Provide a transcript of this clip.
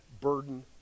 burden